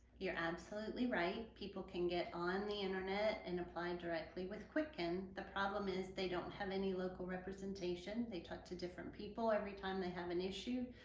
you're absolutely right. people can get on the internet and apply directly with quicken. the problem is they don't have any local representation, they talk to different people every time they have an issue,